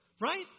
Right